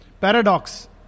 paradox